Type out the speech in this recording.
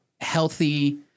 healthy